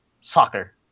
soccer